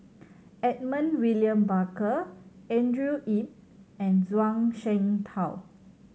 Edmund William Barker Andrew Yip and Zhuang Shengtao